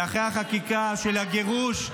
ואחרי החקיקה של הגירוש,